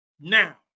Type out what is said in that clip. now